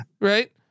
right